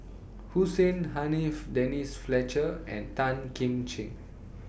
Hussein Haniff Denise Fletcher and Tan Kim Ching